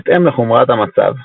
בהתאם לחומרת המצב.